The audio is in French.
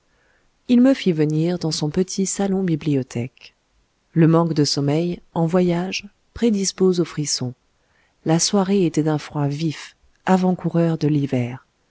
il me fit venir dans son petit salon bibliothèque le manque de sommeil en voyage prédispose au frisson la soirée était d'un froid vif avant-coureur de l'hiver